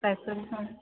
স্বাস্থ্য়ৰ বিষয়ে